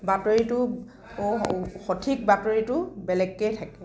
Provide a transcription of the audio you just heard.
বাতৰিটো সঠিক বাতৰিটো বেলেগকেই থাকে